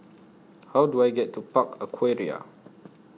How Do I get to Park Aquaria